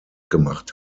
gemacht